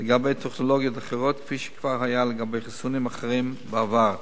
לגבי טכנולוגיות אחרות וכפי שכבר היה לגבי חיסונים אחרים בעבר.